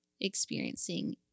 experiencing